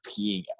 peeing